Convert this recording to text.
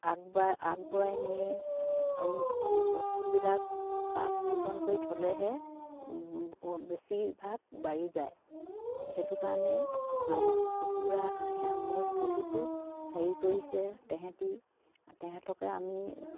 আগবঢ়াই আগবঢ়াই নিয়ে আৰু বস্তুবিলাক চাফ চিকুণ কৈ থ'লেহে বেছিভাগ বাঢ়ি যায় সেইটো কাৰণে হাঁহ কুকুৰা হাঁহে মোক বহুতো হেৰি কৰিছে তেহেঁতি তেহেঁতকে আমি